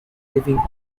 living